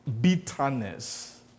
bitterness